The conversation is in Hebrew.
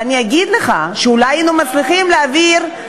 ואני אגיד לך שאולי היינו מצליחים להעביר,